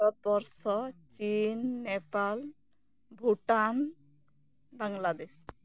Bharat Burma China Nepal Bhutan Bangladesh